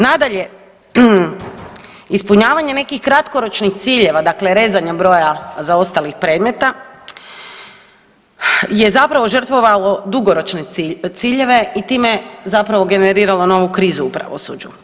Nadalje, ispunjavanje nekih kratkoročnih ciljeva, dakle rezanja broja zaostalih predmeta je zapravo žrtvovalo dugoročne ciljeve i time zapravo generiralo novu krizu u pravosuđu.